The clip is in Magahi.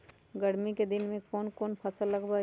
गर्मी के दिन में कौन कौन फसल लगबई?